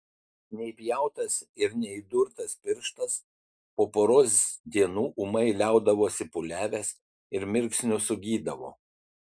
neįpjautas ir neįdurtas pirštas po poros dienų ūmai liaudavosi pūliavęs ir mirksniu sugydavo